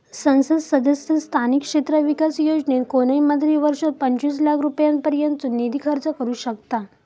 संसद सदस्य स्थानिक क्षेत्र विकास योजनेत कोणय मंत्री वर्षात पंचवीस लाख रुपयांपर्यंतचो निधी खर्च करू शकतां